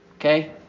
Okay